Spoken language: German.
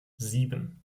sieben